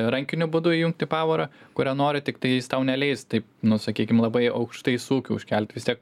rankiniu būdu įjungti pavarą kurią nori tiktai jis tau neleis taip nu sakykim labai aukštai sūkių užkelt vis tiek